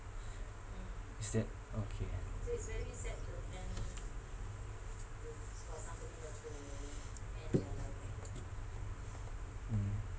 is that okay